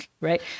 right